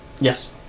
Yes